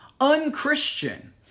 Unchristian